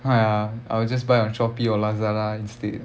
!aiya! I will just buy on Shopee or Lazada instead